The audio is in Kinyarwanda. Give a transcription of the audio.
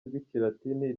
rw’ikilatini